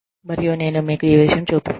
మరియు నేను మీకు ఈ విషయం చూపిస్తాను